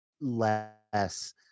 less